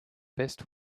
best